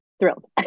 Thrilled